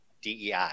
DEI